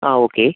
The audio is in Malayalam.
ആ ഓക്കെ